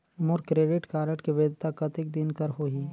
मोर credit card के वैधता कतेक दिन कर होही?